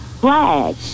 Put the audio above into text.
flag